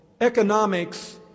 Economics